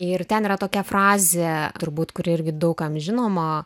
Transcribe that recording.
ir ten yra tokia frazė turbūt kuri irgi daug kam žinoma